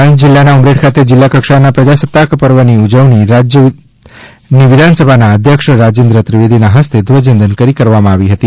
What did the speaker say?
આણંદ જીલ્લાના ઉમરેઠ ખાતે જીલ્લાકક્ષાના પ્રજાસત્તાક પર્વની ઉજવણી રાજ્ય વિધાનસભાના ધ્યક્ષ રાજેન્દ્ર ત્રિવેદીના હસ્તે ધ્વજવંદન કરી કરવામાં આવી હતી